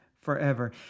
Forever